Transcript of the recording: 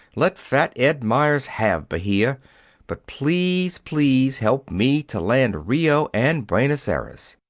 let fat ed meyers have bahia but please, please help me to land rio and buenos aires!